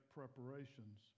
preparations